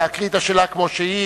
נא להקריא את השאלה כמו שהיא.